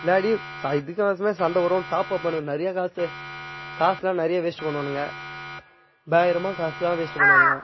விளாடி ச இதுக்கு கோசமே சண்டை வரும் டாப் அப் பண்ணணும் நிறைய காசு காசெல்லாம் நிறைய வேஸ்ட்டு பண்ணுவானுங்க பயங்கரமாக காசெல்லாம் வேஸ்ட்டு பண்ணுவானுங்க